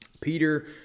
Peter